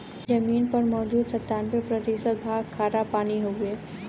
जमीन पर मौजूद सत्तानबे प्रतिशत भाग खारापानी हउवे